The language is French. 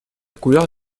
couleur